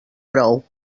brou